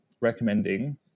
recommending